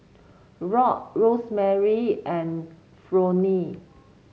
Rock Rosemarie and Fronnie